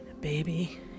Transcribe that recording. Baby